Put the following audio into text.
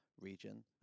region